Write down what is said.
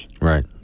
Right